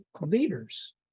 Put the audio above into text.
leaders